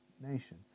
nation